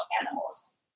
animals